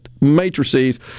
Matrices